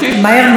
מהר מאוד.